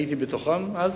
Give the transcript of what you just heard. הייתי בתוכם אז,